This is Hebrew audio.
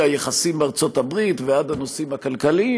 מהיחסים עם ארצות הברית ועד הנושאים הכלכליים,